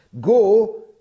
Go